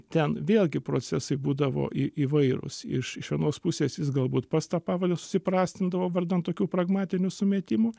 ten vėlgi procesai būdavo į įvairūs iš iš vienos pusės jis galbūt pats tą pavardę susiprastindavo vardan tokių pragmatinių sumetimų